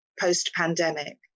post-pandemic